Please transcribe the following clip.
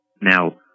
Now